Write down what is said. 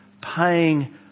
paying